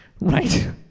Right